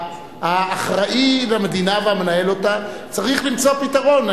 האחראי למדינה והמנהל אותה צריך למצוא פתרון.